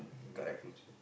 maybe in the future